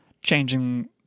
changing